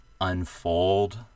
unfold